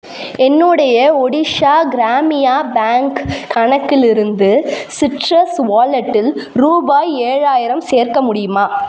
என்னுடைய ஒடிஷா கிராமியா பேங்க் கணக்கிலிருந்து சிட்ரஸ் வாலெட்டில் ரூபாய் ஏழாயிரம் சேர்க்க முடியுமா